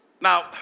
Now